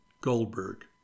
Goldberg